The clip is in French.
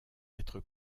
être